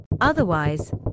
Otherwise